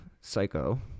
psycho